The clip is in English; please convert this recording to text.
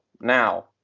now